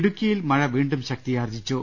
ഇടുക്കിയിൽ മഴ വീണ്ടും ശക്തിയാർജ്ജിച്ചു